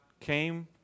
came